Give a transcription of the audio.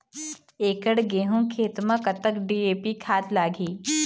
एकड़ गेहूं खेत म कतक डी.ए.पी खाद लाग ही?